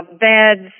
beds